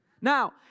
Now